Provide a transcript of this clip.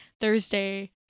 Thursday